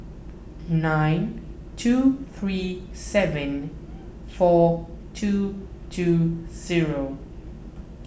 nine two three seven four two two zero